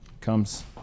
comes